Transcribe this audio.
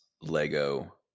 Lego